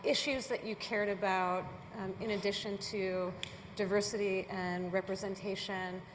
issues that you cared about in addition to diversity and representation?